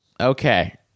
Okay